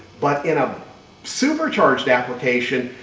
but in a supercharged application,